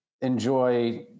enjoy